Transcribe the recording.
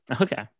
Okay